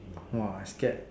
!wah! I scared